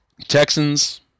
Texans